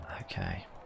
Okay